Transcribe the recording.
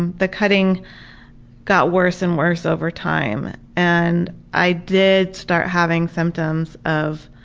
and the cutting got worse and worse over time and i did start having symptoms of